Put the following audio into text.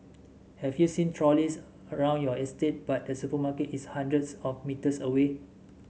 have you seen trolleys around your estate but the supermarket is hundreds of metres away